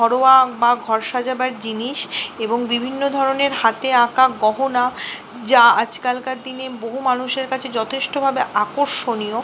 ঘরোয়া বা ঘর সাজাবার জিনিস এবং বিভিন্ন ধরনের হাতে আঁকা গহনা যা আজকালকার দিনে বহু মানুষের কাছে যথেষ্টভাবে আকর্ষণীয়